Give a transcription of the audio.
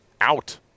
Out